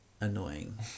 annoying